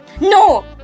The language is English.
No